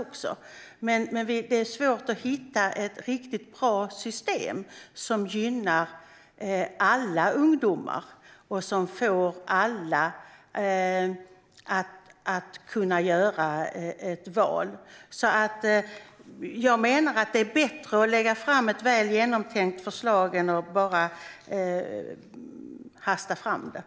Men det är svårt att hitta ett riktigt bra system som gynnar alla ungdomar och som får alla att kunna göra ett val. Jag menar att det är bättre att lägga fram ett väl genomtänkt förslag än att bara hasta fram något.